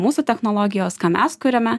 mūsų technologijos ką mes kuriame